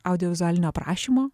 audiovizualinio aprašymo